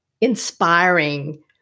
inspiring